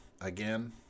again